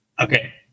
Okay